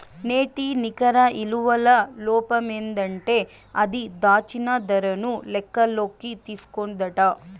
నేటి నికర ఇలువల లోపమేందంటే అది, దాచిన దరను లెక్కల్లోకి తీస్కోదట